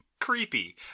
creepy